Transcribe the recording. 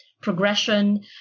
progression